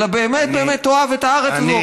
אלא באמת באמת תאהב את הארץ הזאת,